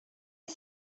est